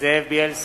זאב בילסקי,